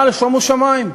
אבל שומו שמים,